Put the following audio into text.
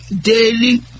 Daily